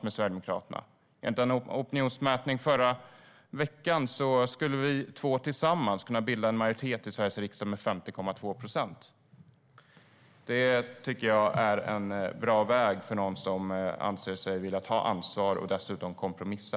Enligt en opinionsmätning förra veckan skulle våra två partier tillsammans kunna bilda en majoritet i Sveriges riksdag med 50,2 procent. Det är en bra väg för någon som anser sig vilja ta ansvar och dessutom kompromissa.